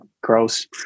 gross